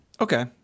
Okay